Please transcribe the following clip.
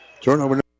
Turnover